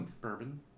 Bourbon